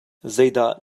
zeidah